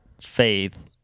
Faith